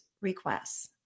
requests